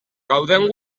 gauden